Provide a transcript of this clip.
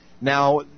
Now